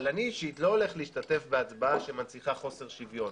אבל אני לא הולך להשתתף בהצבעה שמנציחה חוסר שוויון.